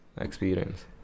experience